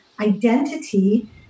identity